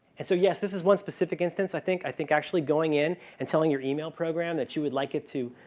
and so yes, this is one specific instance i think i think actually going in and telling your email program that you would like it to